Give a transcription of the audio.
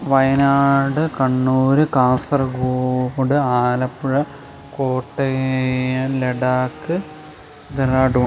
Wayanad Kannur Kasaragod Alappuzha Kottayam Ladakh Dehradun